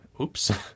oops